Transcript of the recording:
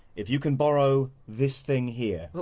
if you can borrow this thing here? well,